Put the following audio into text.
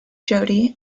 jody